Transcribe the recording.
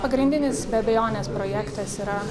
pagrindinis be abejonės projektas yra